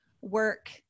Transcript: work